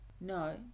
No